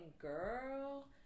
girl